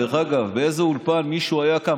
דרך אגב, באיזה אולפן מישהו היה קם?